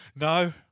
No